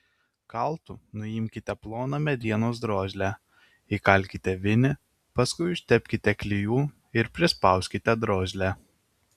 kaltu nuimkite ploną medienos drožlę įkalkite vinį paskui užtepkite klijų ir prispauskite drožlę